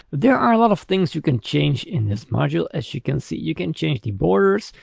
there are a lot of things you can change in this module. as you can see, you can change the borders,